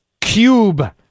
Cube